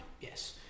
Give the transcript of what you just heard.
yes